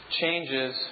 changes